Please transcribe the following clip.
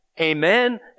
Amen